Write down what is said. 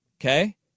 okay